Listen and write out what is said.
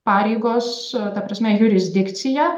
pareigos ta prasme jurisdikcija